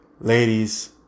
Ladies